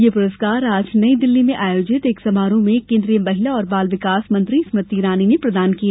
यह पुरस्कार आज नई दिल्ली में आयोजित एक समारोह में केन्द्रीय महिला और बाल विकास मंत्री स्मृति ईरानी ने प्रदान किए